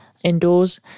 indoors